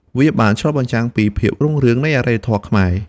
វាបានឆ្លុះបញ្ចាំងពីភាពរុងរឿងនៃអរិយធម៌ខ្មែរ។